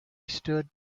stood